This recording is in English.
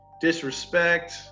disrespect